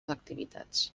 activitats